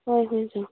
ꯍꯣꯏ ꯍꯣꯏ